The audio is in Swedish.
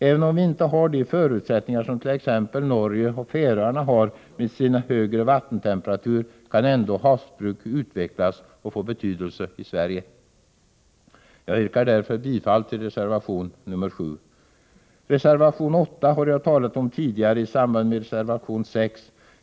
Även om Sverige inte har samma förutsättningar som t.ex. Norge och Färöarna, som har högre vattentemperaturer, kan vårt havsbruk ändå utvecklas och få betydelse. Jag yrkar därför bifall till reservation nr 7. Reservation 8 har jag talat om tidigare, i samband med reservation 6.